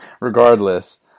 regardless